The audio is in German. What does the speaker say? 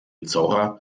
zora